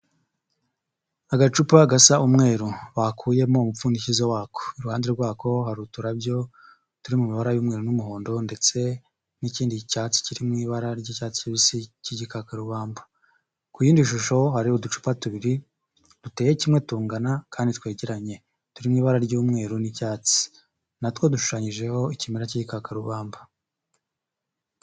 Agacupa gasa umweru bakuyemo umupfundikizo wako. Iruhande rwako hari uturabyo turi mu mabara y'umweru n'umuhondo ndetse n'ikindi cyatsi kiri mu ibara ry'icyatsi kibisi cy'igikakarubamba. Ku yindi shusho hariho uducupa tubiri duteye kimwe, tungana kandi twegeranye turi mu ibara ry'umweru n'icyatsi. Na two dushushanyijeho ikimera cy'igikakarubamba